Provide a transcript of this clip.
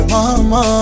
Mama